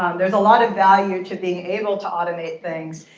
there's a lot of value to being able to automate things.